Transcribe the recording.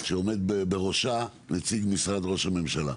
שעומד בראשה נציג משרד ראש ממשלה.